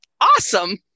awesome